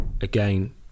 again